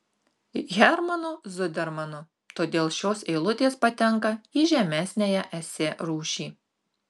hermanu zudermanu todėl šios eilutės patenka į žemesniąją esė rūšį